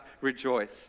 rejoice